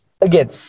again